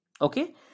okay